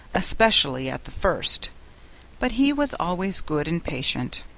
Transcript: especially at the first but he was always good and patient.